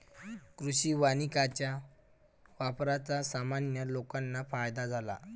कृषी वानिकाच्या वापराचा सामान्य लोकांना फायदा झाला